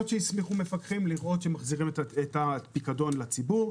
שיסמיכו מפקחים כדי לראות שמחזירים את הפיקדון לציבור.